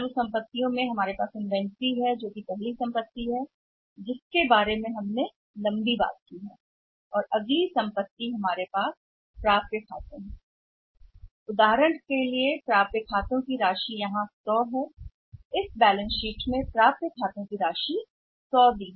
वर्तमान में हमारे पास मौजूद अन्य सभी परिसंपत्तियां यह सही है अगर हम इस संपत्ति के बारे में बात कर चुके हैं तो यह पहली संपत्ति है और अगली बात खातों की है प्राप्य अधिकार और उदाहरण के लिए यहां दी गई प्राप्य राशि का कहना है कि 100 इस शेष राशि में शीट खातों की प्राप्य राशि 100 दी गई